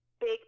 big